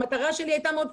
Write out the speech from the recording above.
המטרה שלי הייתה מאוד פשוטה,